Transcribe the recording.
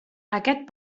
aquest